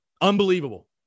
Unbelievable